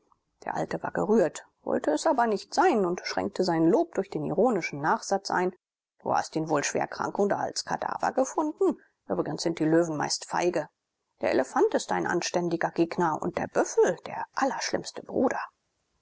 der alte war gerührt wollte es aber nicht sein und schränkte sein lob durch den ironischen nachsatz ein du hast ihn wohl schwerkrank oder als kadaver gefunden übrigens sind die löwen meist feige der elefant ist ein anständiger gegner und der büffel der allerschlimmste bruder